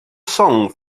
song